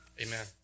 Amen